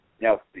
Now